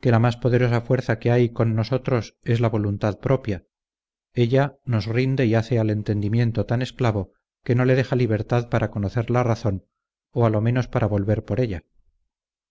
que la más poderosa fuerza que hay con nosotros es la voluntad propia ella nos rinde y hace al entendimiento tan esclavo que no le deja libertad para conocer la razón o a lo menos para volver por ella